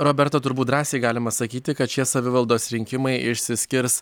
roberta turbūt drąsiai galima sakyti kad šie savivaldos rinkimai išsiskirs